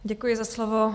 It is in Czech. Děkuji za slovo.